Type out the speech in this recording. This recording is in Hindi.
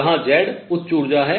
जहां Z उच्च ऊर्जा है